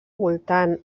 votant